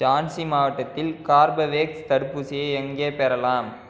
ஜான்சி மாவட்டத்தில் கார்பவேக்ஸ் தடுப்பூசியை எங்கே பெறலாம்